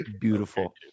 Beautiful